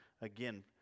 again